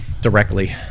directly